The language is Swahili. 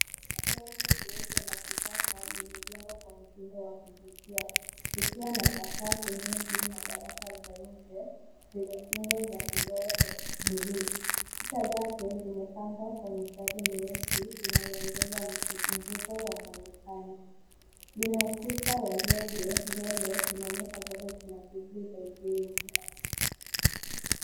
Vyumba vyeupe lakisasa vimejengwa kwa mtindo wa kuvutia; zikiwa na sakafu nyingi na baraza za nje zenye kingo za vioo vya buluu. Kuna zake zimepambwa kwa mistari mieusi zinazoongeza mvuto wa muonekano. Lina kuta wa zege mbele kuonyesha bado kuna shughuli za ujenzi.